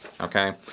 okay